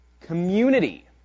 community